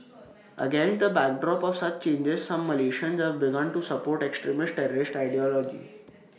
against the backdrop of such changes some Malaysians have begun to support extremist terrorist ideology